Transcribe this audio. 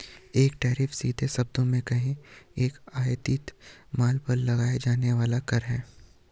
एक टैरिफ, सीधे शब्दों में कहें, एक आयातित माल पर लगाया जाने वाला कर है